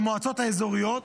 למועצות האזוריות,